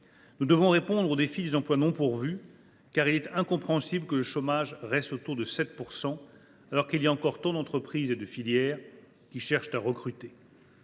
Nous devons répondre au défi des emplois non pourvus, car il est incompréhensible que le taux de chômage reste autour de 7 %, alors qu’il y a encore tant d’entreprises et de filières qui cherchent à recruter.